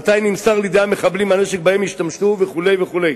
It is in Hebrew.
מתי נמסר לידי המחבלים הנשק שבו השתמשו וכו' וכו'.